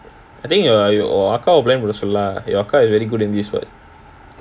I think you are your அக்கா:akka useful lah your அக்கா:akka is very good in this [what]